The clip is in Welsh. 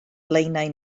blaenau